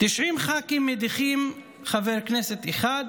90 ח"כים מדיחים חבר כנסת אחד,